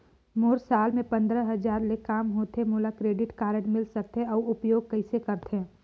मोर साल मे पंद्रह हजार ले काम होथे मोला क्रेडिट कारड मिल सकथे? अउ उपयोग कइसे करथे?